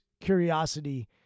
curiosity